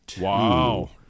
Wow